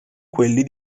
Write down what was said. quelli